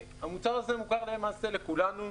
המוצר הזה מוכר למעשה לכולנו.